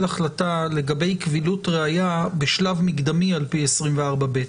החלטה לגבי קבילות ראיה בשלב מקדמי על פי 24(ב).